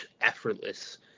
effortless